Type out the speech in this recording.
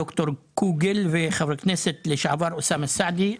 ד"ר קוגל וחבר הכנסת לשעבר אוסאמה סעדי,